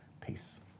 Peace